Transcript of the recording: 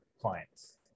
clients